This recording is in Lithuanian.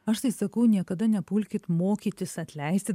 aš tai sakau niekada nepulkit mokytis atleisti